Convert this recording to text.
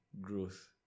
growth